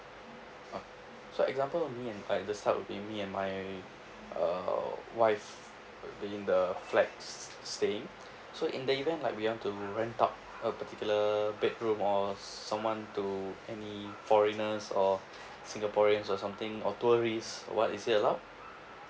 oh so example me and alright this time will be me and my uh wife uh being the flats staying so in the event like we want to rent out a particular bedroom on someone to any foreigners or singaporeans or something or tourist or [what] is it allowed